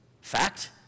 fact